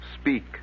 speak